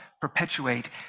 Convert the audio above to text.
perpetuate